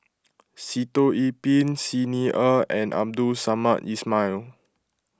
Sitoh Yih Pin Xi Ni Er and Abdul Samad Ismail